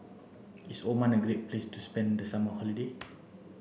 is Oman a great place to spend the summer holiday